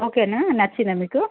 ఓకేనా నచ్చిందా మీకు